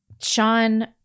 Sean